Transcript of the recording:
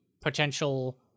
potential